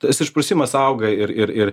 tas išprusimas auga ir ir ir